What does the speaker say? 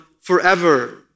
forever